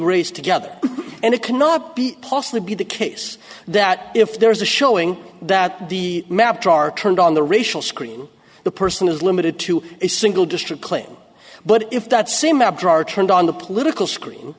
raised together and it cannot be possibly be the case that if there is a showing that the map dark turned on the racial screen the person is limited to a single district claim but if that same map drawer turned on the political screen